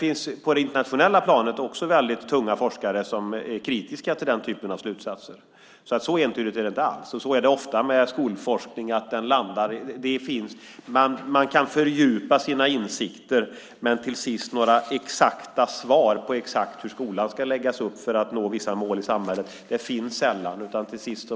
Men på det internationella planet finns det också väldigt tunga forskare som är kritiska till den typen av slutsatser. Entydigt är det alltså inte alls. Så är det ofta med skolforskning: Man kan fördjupa sina insikter, men några exakta svar på hur skolan ska läggas upp för att nå vissa mål i samhället finns sällan.